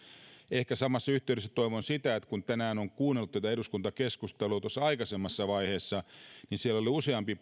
ehkä samassa yhteydessä toivon kun tänään on kuunnellut tätä eduskuntakeskustelua tuossa aikaisemmassa vaiheessa niin siellä oli useampi